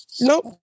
Nope